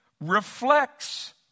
reflects